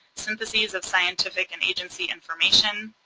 syntheses of scientific and agency information,